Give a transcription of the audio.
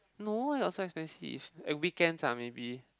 no where got so expensive weekends lah maybe